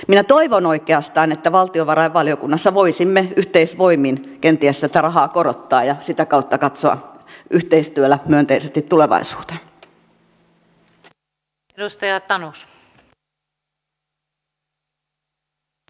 minä toivon oikeastaan että valtiovarainvaliokunnassa voisimme yhteisvoimin kenties tätä rahaa korottaa ja sitä kautta katsoa yhteistyöllä myönteisesti tulevaisuuteen